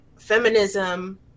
feminism